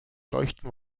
leuchten